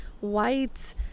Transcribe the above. white